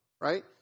right